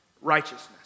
righteousness